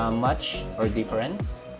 um match, or difference,